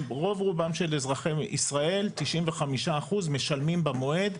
רוב רובם של אזרחי ישראל 95% - משלמים במועד,